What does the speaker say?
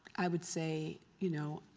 i would say you know